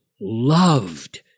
loved